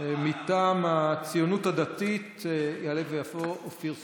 מטעם הציונות הדתית יעלה ויבוא אופיר סופר.